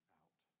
out